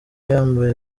yambaye